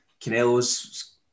Canelo's